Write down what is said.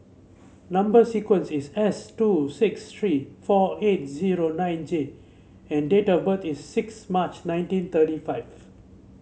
number sequence is S two six three four eight zero nine J and date of birth is six March nineteen thirty five